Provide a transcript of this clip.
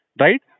Right